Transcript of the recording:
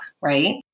Right